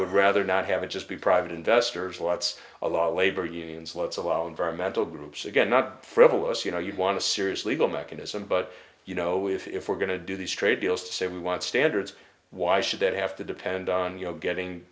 would rather not have it just be private investors lots a lot of labor unions let's allow environmental groups again not frivolous you know you want to serious legal mechanism but you know if we're going to do these trade deals to say we want standards why should it have to depend on you know getting